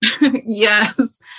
Yes